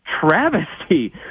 travesty